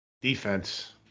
defense